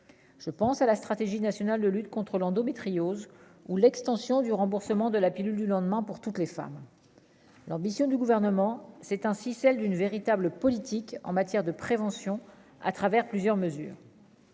je pense à la stratégie nationale de lutte contre l'endométriose ou l'extension du remboursement de la pilule du lendemain pour toutes les femmes, l'ambition du gouvernement c'est ainsi celle d'une véritable politique en matière de prévention à travers plusieurs mesures.